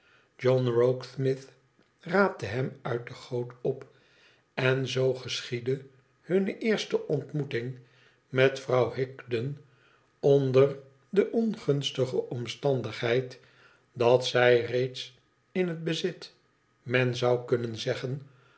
john rokesmith raapte hem uit de goot op en zoo geschiedde hunne eerste ontmoeting met vrouw higden onder de ongunstige omstandigheid dat zij reeds in het bezit men zou kunnen zeggen